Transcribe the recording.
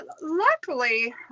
luckily